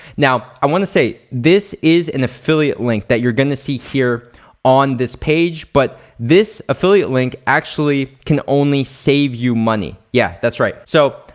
now, i wanna say this is an affiliate link that you're gonna see here on this page, but this affiliate link actually can only save you money, yeah. that's right. so,